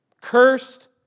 Cursed